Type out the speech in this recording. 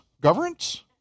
governance